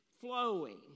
flowing